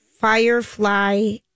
Firefly